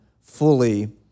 fully